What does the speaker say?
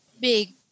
Big